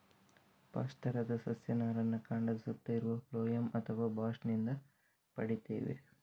bast ತರದ ಸಸ್ಯ ನಾರನ್ನ ಕಾಂಡದ ಸುತ್ತ ಇರುವ ಫ್ಲೋಯಂ ಅಥವಾ ಬಾಸ್ಟ್ ನಿಂದ ಪಡೀತೇವೆ